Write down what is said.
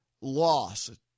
loss